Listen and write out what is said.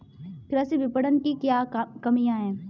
कृषि विपणन की क्या कमियाँ हैं?